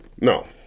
No